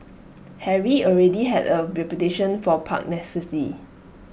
Harry already had A reputation for pugnacity